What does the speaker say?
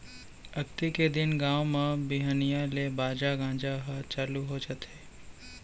अक्ती के दिन गाँव म बिहनिया ले बाजा गाजा ह चालू हो जाथे